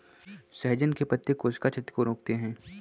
सहजन के पत्ते कोशिका क्षति को रोकते हैं